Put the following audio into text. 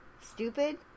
stupid